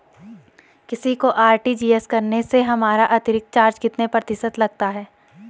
किसी को आर.टी.जी.एस करने से हमारा अतिरिक्त चार्ज कितने प्रतिशत लगता है?